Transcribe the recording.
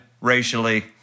racially